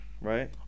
right